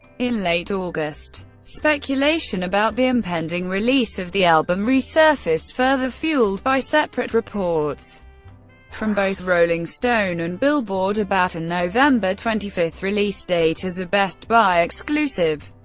in late august, speculation about the impending release of the album resurfaced, further fueled by separate reports from both rolling stone and billboard about a november twenty five release date as a best buy exclusive.